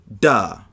Duh